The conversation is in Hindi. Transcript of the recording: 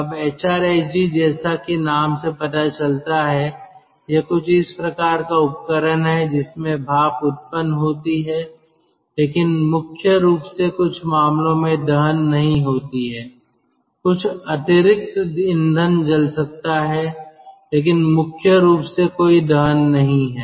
अब एचआरएसजी जैसा कि नाम से पता चलता है यह कुछ इस प्रकार का उपकरण है जिसमें भाप उत्पन्न होती है लेकिन मुख्य रूप से कुछ मामलों में दहन नहीं होता है कुछ अतिरिक्त ईंधन जल सकता है लेकिन मुख्य रूप से कोई दहन नहीं है